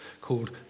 called